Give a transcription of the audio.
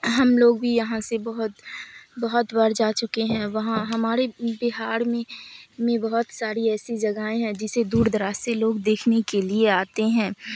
ہم لوگ بھی یہاں سے بہت بہت بار جا چکے ہیں وہاں ہمارے بہار میں میں بہت ساری ایسی جگہیں ہیں جسے دور دراز سے لوگ دیکھنے کے لیے آتے ہیں